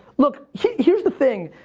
look, here's the thing.